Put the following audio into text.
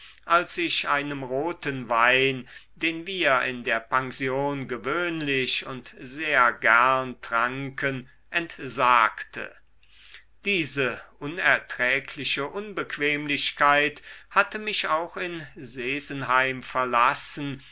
als ich einem roten wein den wir in der pension gewöhnlich und sehr gern tranken entsagte diese unerträgliche unbequemlichkeit hatte mich auch in sesenheim verlassen